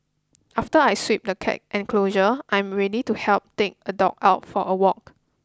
after I sweep the cat enclosure I am ready to help take a dog out for a walk